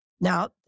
Now